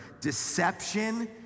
Deception